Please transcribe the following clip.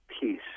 peace